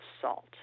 salt